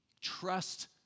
Trust